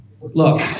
look